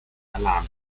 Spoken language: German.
alarm